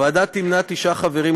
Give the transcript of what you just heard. בוועדה יהיו תשעה חברים,